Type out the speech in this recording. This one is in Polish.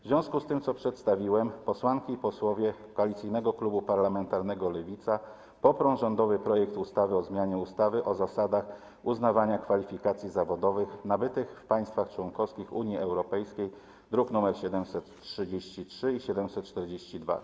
W związku z tym, co przedstawiłem, posłanki i posłowie Koalicyjnego Klubu Parlamentarnego Lewicy poprą rządowy projekt ustawy o zmianie ustawy o zasadach uznawania kwalifikacji zawodowych nabytych w państwach członkowskich Unii Europejskiej, druki nr 733 i 742.